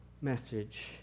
message